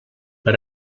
per